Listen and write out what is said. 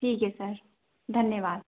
ठीक है सर धन्यवाद